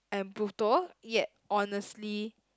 and brutal yet honestly